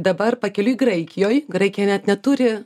dabar pakeliui graikijoj graikija net neturi